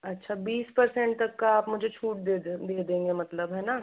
अच्छा बीस परसेंट तक का आप मुझे छूट दो दे देंगे मतलब है न